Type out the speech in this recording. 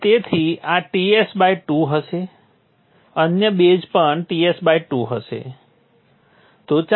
અને તેથી આ Ts 2 હશે અન્ય બેઝ પણ Ts 2 હશે